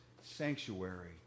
sanctuary